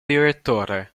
direttore